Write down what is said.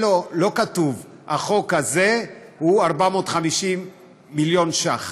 לא כתוב: החוק הזה הוא 450 מיליון ש"ח.